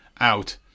out